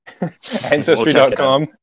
Ancestry.com